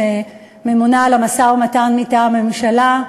שממונה על המשא-ומתן מטעם הממשלה,